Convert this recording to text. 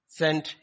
sent